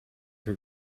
her